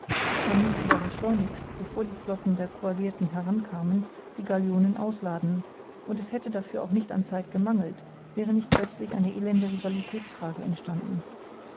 man mußte daher schleunigst bevor die flotten der coalirten heran kamen die galionen ausladen und es hätte auch dafür nicht an zeit gemangelt wäre nicht plötzlich eine elende rivalitätsfrage entstanden